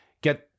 get